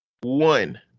One